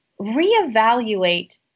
reevaluate